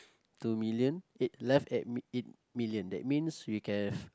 two million eight left e~ eight million that means we can have